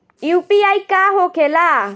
UPI का होके ला?